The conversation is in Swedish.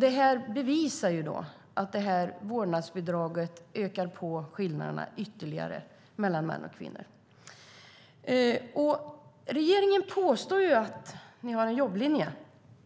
Detta bevisar att vårdnadsbidraget ökar skillnaderna ytterligare mellan män och kvinnor. Regeringen påstår att man har en jobblinje.